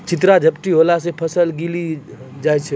चित्रा झपटी होला से फसल गली जाय छै?